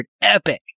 Epic